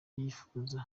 yifuza